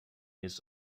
his